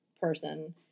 person